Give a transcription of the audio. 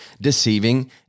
deceiving